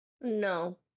No